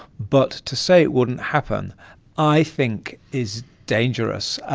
but to say it wouldn't happen i think is dangerous.